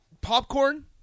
Popcorn